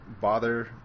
bother